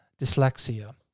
dyslexia